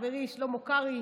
חברי שלמה קרעי,